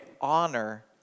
honor